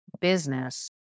business